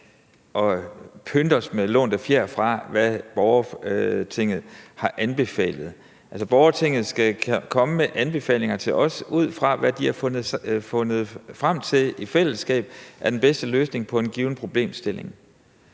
pynte os med lånte fjer fra, hvad borgertinget har anbefalet. Altså, borgertinget skal komme med anbefalinger til os, ud fra hvad de har fundet frem til i fællesskab er den bedste løsning på en given problemstilling.